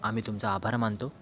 आम्ही तुमचा आभार मानतो